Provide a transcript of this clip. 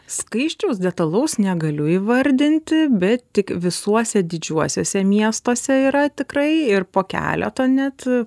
skaičiaus detalaus negaliu įvardinti bet tik visuose didžiuosiuose miestuose yra tikrai ir po keletą net